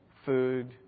Food